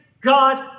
God